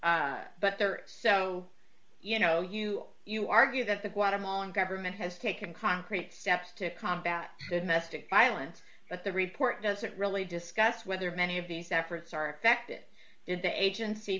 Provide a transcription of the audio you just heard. so but there are so you know you you argue that the guatemalan government has taken concrete steps to combat the domestic violence but the report doesn't really discuss whether many of these efforts are effective if the agency